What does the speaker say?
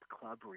club